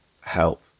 Help